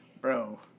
bro